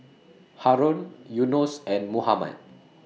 Haron Yunos and Muhammad